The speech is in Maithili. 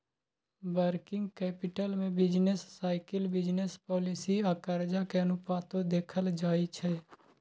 वर्किंग कैपिटल में बिजनेस साइकिल, बिजनेस पॉलिसी आ कर्जा के अनुपातो देखल जाइ छइ